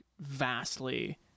vastly